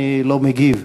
אני לא מגיב.